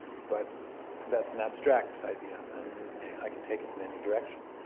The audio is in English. but that's an abstract idea and i can take it in any direction.